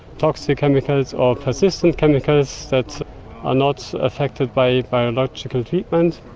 toxic chemicals or persistent chemicals that are not affected by biological treatment.